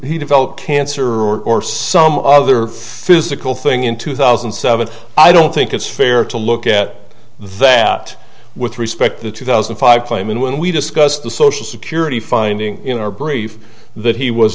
he developed cancer or some other physical thing in two thousand and seven i don't think it's fair to look at that with respect the two thousand and five claim and when we discussed the social security finding in our brief that he was